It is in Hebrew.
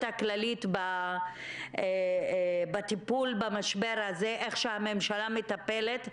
הכללית בטיפול במשבר הזה איך שהממשלה מטפלת,